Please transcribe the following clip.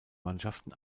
mannschaften